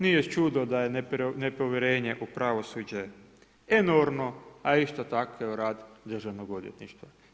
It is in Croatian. Nije čudo da je nepovjerenje u pravosuđe enormno, a isto tako i u rad Državnog odvjetništva.